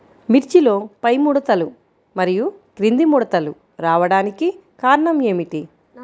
మిర్చిలో పైముడతలు మరియు క్రింది ముడతలు రావడానికి కారణం ఏమిటి?